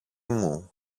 μου